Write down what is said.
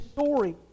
story